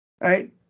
Right